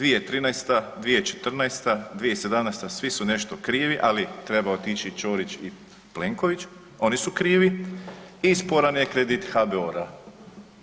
2013., 2014., 2017. svi su nešto krivi, ali treba otići Ćorić i Plenković, oni su krivi i sporan je kredit HBOR-a.